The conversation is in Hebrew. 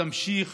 שתמשיך